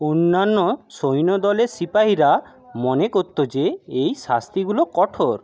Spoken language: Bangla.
অন্যান্য সৈন্যদলের সিপাহিরা মনে করত যে এই শাস্তিগুলো কঠোর